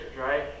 right